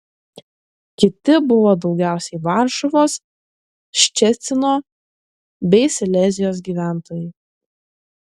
kiti buvo daugiausiai varšuvos ščecino bei silezijos gyventojai